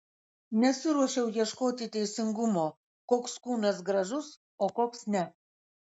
nesiruošiau ieškoti teisingumo koks kūnas gražus o koks ne